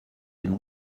dem